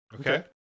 Okay